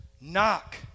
Knock